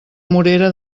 morera